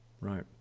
Right